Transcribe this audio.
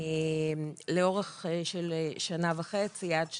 באורך של שנה וחצי עד שנתיים.